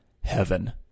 heaven